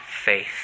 faith